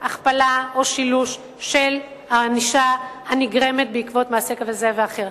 הכפלה או שילוש של הענישה בעקבות מעשה כזה ואחר.